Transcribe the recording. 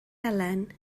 elen